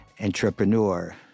entrepreneur